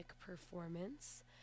performance